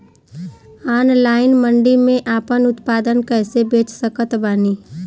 Online मंडी मे आपन उत्पादन कैसे बेच सकत बानी?